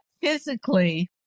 physically